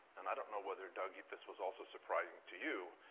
and i don't know whether, doug, this was also surprising to you,